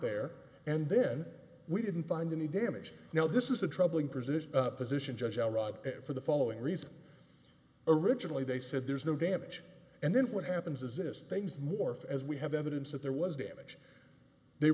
there and then we didn't find any damage now this is a troubling position position judge all right for the following reason originally they said there's no damage and then what happens is this things morph as we have evidence that there was damage they